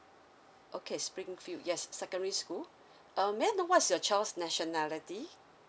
okay spring field yes secondary school um may I know what's your child's nationality